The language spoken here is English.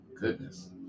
goodness